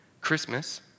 Christmas